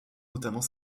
notamment